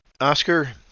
Oscar